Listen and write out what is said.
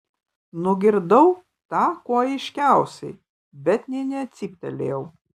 nugirdau tą kuo aiškiausiai bet nė necyptelėjau